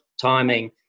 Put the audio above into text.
timing